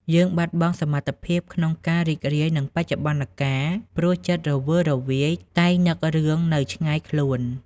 យើងបាត់បង់សមត្ថភាពក្នុងការ "រីករាយនឹងបច្ចុប្បន្នកាល" ព្រោះចិត្តរវើរវាយតែងនឹងរឿងនៅឆ្ងាយខ្លួន។